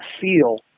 feel